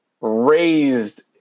raised